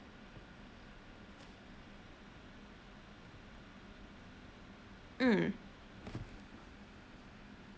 mm